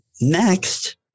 Next